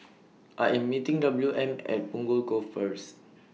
I Am meeting W M At Punggol Cove First